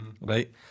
right